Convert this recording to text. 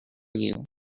you